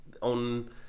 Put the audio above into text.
on